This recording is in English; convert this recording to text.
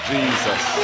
Jesus